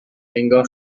انگار